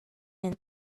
and